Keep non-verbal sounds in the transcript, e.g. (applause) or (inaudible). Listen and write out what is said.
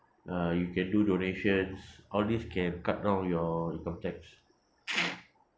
uh you can do donations all these can cut down your income tax (noise)